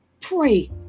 pray